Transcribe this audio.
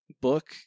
book